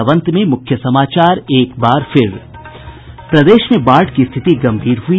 और अब अंत में मूख्य समाचार एक बार फिर प्रदेश में बाढ़ की स्थिति गंभीर हुई